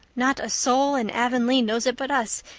not a soul in avonlea knows it but us,